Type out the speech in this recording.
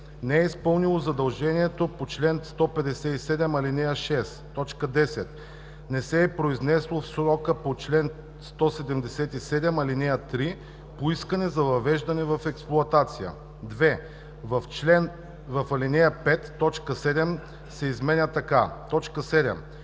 не е изпълнило задължението по чл. 157, ал. 6; 10. не се е произнесло в срока по чл. 177, ал. 3 по искане за въвеждане в експлоатация.“ 2. В ал. 5 т. 7 се изменя така: